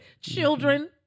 Children